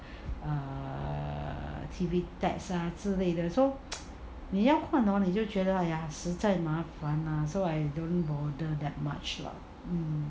err T_V tax ah 之类的 so 你要换 hor 你就觉得实在麻烦 ah so I don't bother that much lah